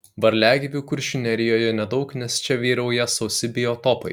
varliagyvių kuršių nerijoje nedaug nes čia vyrauja sausi biotopai